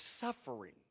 suffering